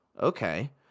okay